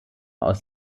aus